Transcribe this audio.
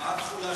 התחולה של החוק?